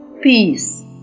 Peace